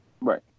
Right